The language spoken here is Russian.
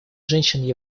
женщин